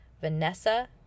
Vanessa